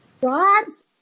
God's